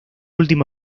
último